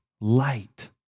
light